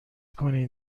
کنین